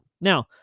Now